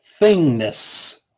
Thingness